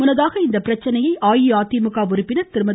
முன்னதாக இப்பிரச்சனையை அஇஅதிமுக உறுப்பினர் திருமதி